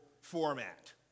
format